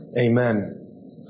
Amen